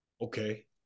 Okay